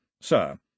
Sir